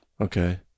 Okay